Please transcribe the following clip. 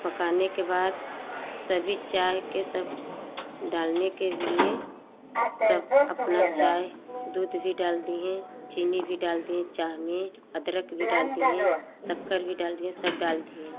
पकाने के बाद सभी चाय के सब डालने के लिए सब अपना चाय दूध भी डाल दिए चीनी भी डाल दिए चाय में अदरक भी डाल दिए शक्कर भी डाल दिए सब डाल दिए